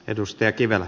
herra puhemies